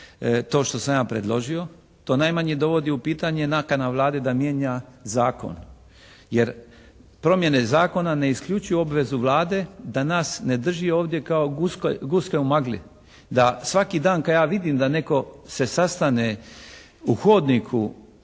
to što sam ja predložio. To najmanje dovodi u pitanje nakana Vlade da mijenja zakon, jer promjene zakona ne isključuju obvezu Vlade da nas ne drži ovdje kao guske u magli, da svaki dan kada ja vidim da netko se sastane u hodniku